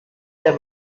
der